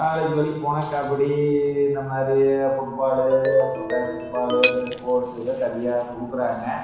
college வரைக்கும் போனால் கபடி இந்த மாதிரி ஃபுட் பாலு பேஸ்கட் பாலு இந்த ஸ்போர்ட்ஸ் இதில் தனியாக கொடுக்குறாங்க